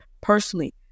personally